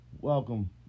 welcome